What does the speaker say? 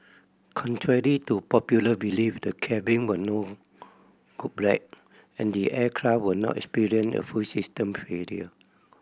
contrary to popular belief the cabin will no go black and the aircraft will not experience a full system failure